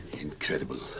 Incredible